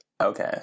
Okay